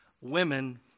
women